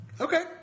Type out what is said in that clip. Okay